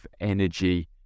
energy